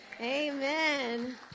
Amen